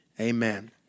Amen